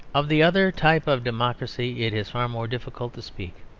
of the other type of democracy it is far more difficult to speak.